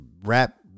rap